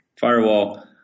firewall